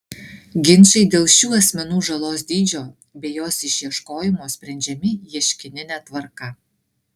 ginčai dėl šių asmenų žalos dydžio bei jos išieškojimo sprendžiami ieškinine tvarka